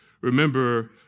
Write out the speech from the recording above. Remember